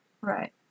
Right